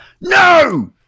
No